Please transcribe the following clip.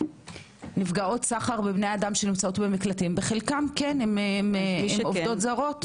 נפגעות סחר בבני אדם שנמצאות במקלטים חלקן כן עובדות זרות,